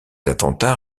attentats